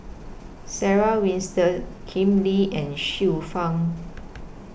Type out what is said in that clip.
Sarah Winstedt Ken Lim and Xiu Fang